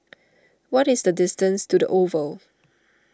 what is the distance to the Oval